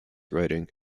writing